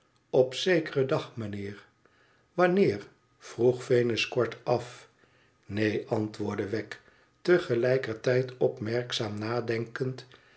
op zekeren dag meneer wanneer vroeg venus kortaf in-een antwoordde wegg te gelijker tijd opmerkzaam nadenkend